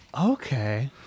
Okay